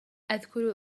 أذكر